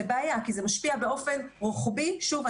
זה בעיה כי זה משפיע באופן רוחבי שוב,